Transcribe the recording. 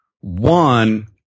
One